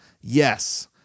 Yes